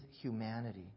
humanity